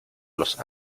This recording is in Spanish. los